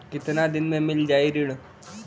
कितना दिन में मील जाई ऋण?